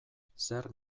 zer